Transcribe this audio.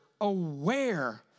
aware